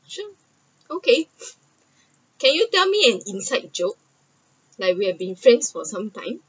sure okay can you tell me an inside joke like we have been friends for some times